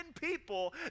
people